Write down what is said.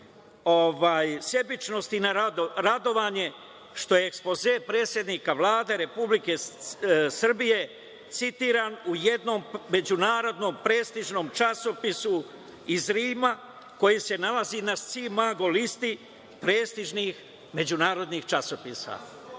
sebičnosti, radovanje što je ekspoze predsednika Vlade Republike Srbije citiran u jednom međunarodnom prestižnom časopisu iz Rima, koji se nalazi na „Scimago“ listi prestižnih međunarodnih časopisa.